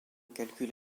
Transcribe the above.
calcul